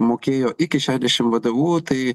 mokėjo iki šedešim vdu tai